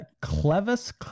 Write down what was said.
Clevis